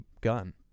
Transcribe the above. gun